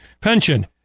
pension